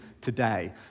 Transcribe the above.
today